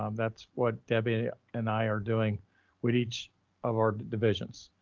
um that's what debbie and i are doing with each of our divisions.